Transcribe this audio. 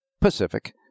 Pacific